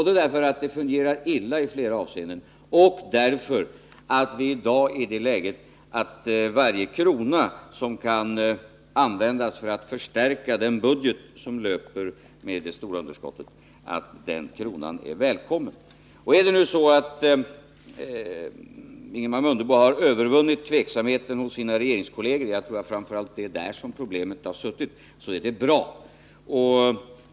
Dels fungerar det illa i flera avseenden, dels är i dag varje krona välkommen som kan användas för att förstärka den budget som löper med ett stort underskott. Är det nu så att Ingemar Mundebo har övervunnit tveksamheten hos sina regeringskolleger — och jag tror att det framför allt är där som problemet har suttit — så är det bra.